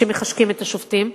שמחשקים את השופטים,